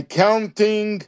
counting